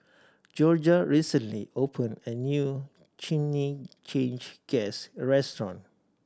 Jorja recently opened a new Chimichangas restaurant